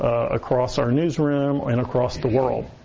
across our newsroom and across the world.